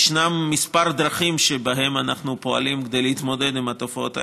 ישנן כמה דרכים שבהן אנחנו פועלים כדי להתמודד עם התופעות האלה.